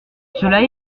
cela